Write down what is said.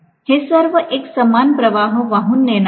हे सर्व एक समान प्रवाह वाहून नेणार आहेत